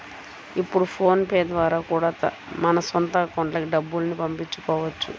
ఇప్పుడు PhonePe ద్వారా కూడా మన సొంత అకౌంట్లకి డబ్బుల్ని పంపించుకోవచ్చు